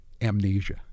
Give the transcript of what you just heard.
Amnesia